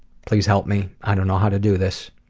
please help me i don't know how to do this.